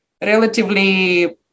relatively